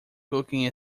cooking